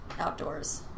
outdoors